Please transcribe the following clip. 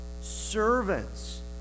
Servants